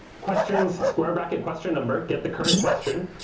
questions square bracket question number, get the current question,